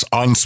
on